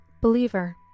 Believer